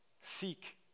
seek